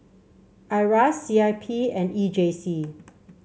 Iras C I P and E J C